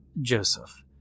Joseph